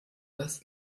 das